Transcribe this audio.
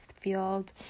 field